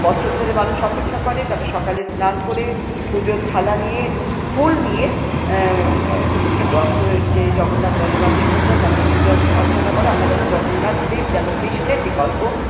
বছর ধরে মানুষ অপেক্ষা করে তারা সকালে স্নান করে পুজোর থালা নিয়ে ফুল নিয়ে রথের যে জগন্নাথ বলরাম সুভদ্রা তাদের পূজা অর্চ অর্চনা করে আমরা জানি জগন্নাথদেব যেন কৃষ্ণের বিকল্প